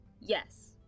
Yes